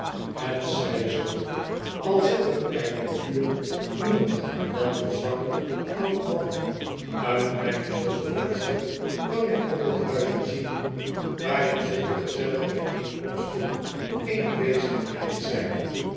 het zij zoo al zit er bij dit vuur niemand dan een zwakkelijk oud man uit mijn zoldervenster kan ik honderd huizen zien waarin zulke gezellige bijeenkomsten eene wezenlijkheid zijn